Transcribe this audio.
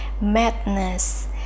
madness